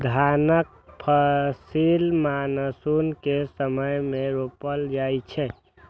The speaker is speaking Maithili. धानक फसिल मानसून के समय मे रोपल जाइ छै